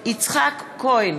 יצחק כהן,